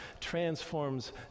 transforms